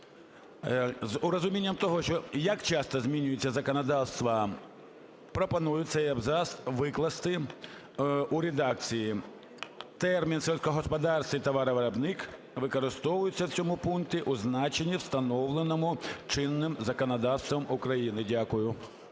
З розуміння того, що як часто змінюється законодавство, пропоную цей абзац викласти у редакції: "Термін "сільськогосподарський товаровиробник" використовується в цьому пункті у значенні встановленому чинним законодавством України". Дякую.